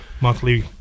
monthly